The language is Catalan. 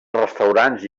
restaurants